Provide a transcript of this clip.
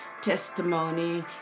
testimony